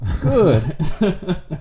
Good